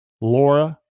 Laura